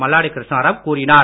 மல்லாடி கிருஷ்ணராவ் கூறினார்